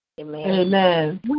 Amen